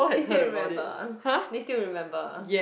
they still remember they still remember